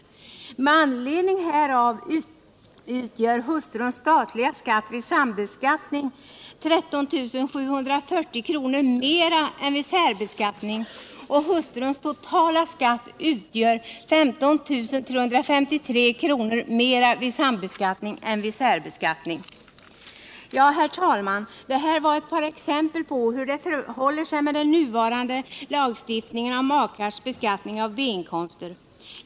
Med anledning härav utgör hustruns statliga skatt vid sambeskattning 13 740 kr. mer än vid särbeskattning, och hustruns totala skatt utgör 15 353 kr. mer vid sambeskattning än vid särbeskattning. Herr talman! Det här var ett par exempel på hur det med den nuvarande lagstiftningen förhåller sig när det gäller beskattning av makars B-inkomster.